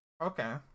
Okay